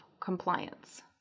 compliance